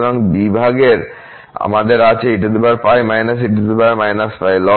সুতরাং বিভাগে আমাদের আছে eπ e π